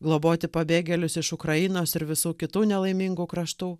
globoti pabėgėlius iš ukrainos ir visų kitų nelaimingų kraštų